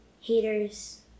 Haters